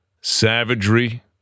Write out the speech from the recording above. savagery